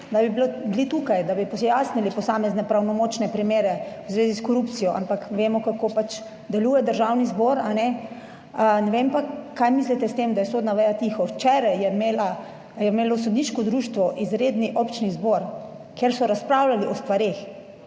da bi bili tukaj, da bi pojasnili posamezne pravnomočne primere v zvezi s korupcijo, ampak vemo kako deluje Državni zbor, a ne. Ne vem pa, kaj mislite s tem, da je sodna veja tiho. Včeraj je imelo sodniško društvo izredni občni zbor, kjer so razpravljali o stvareh,